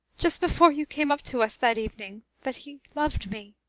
just before you came up to us that evening, that he loved me.